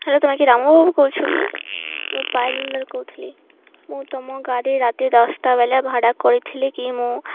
hello ତୁମେ କି ରାମ ବାବୁ କହୁଛ କି ମୁଁ ପାଏଲଦାର କହୁଥିଲି ମୁଁ ତୁମ ଗାଡ଼ି ରାତି ଦଶଟା ବେଳେ ଭଡ଼ା କରିଥିଲି କି ମୁଁ